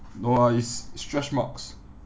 no lah it's stretch marks